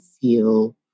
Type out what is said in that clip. feel